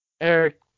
Eric